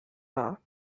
wahr